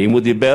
ואם הוא דיבר,